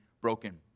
broken